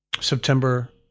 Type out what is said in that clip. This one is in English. September